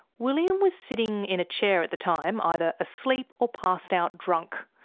william was sitting in a chair at the time, either asleep or passed out drunk.